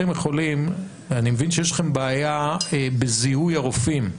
אני מבין שיש לכם בעיה בזיהוי הרופאים,